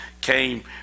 came